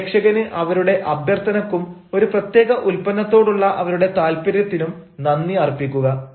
അപേക്ഷകന് അവരുടെ അഭ്യർഥനക്കും ഒരു പ്രത്യേക ഉൽപ്പന്നത്തോടുള്ള അവരുടെ താൽപര്യത്തിനും നന്ദി അർപ്പിക്കുക